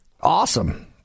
Awesome